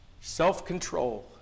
Self-control